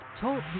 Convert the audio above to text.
talk